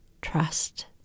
trust